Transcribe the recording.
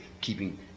keeping